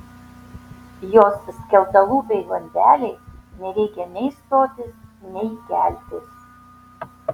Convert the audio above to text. jos skeltalūpei bandelei nereikia nei stotis nei keltis